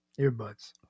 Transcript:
earbuds